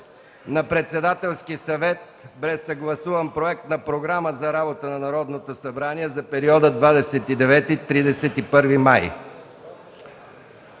на Председателския съвет бе съгласуван Проект на: „ПРОГРАМА за работа на Народното събрание за периода 29-31 май